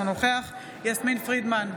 אינו נוכח יסמין פרידמן,